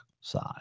side